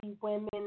women